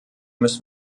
müssen